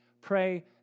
Pray